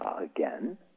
again